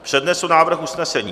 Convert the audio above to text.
Přednesu návrh usnesení.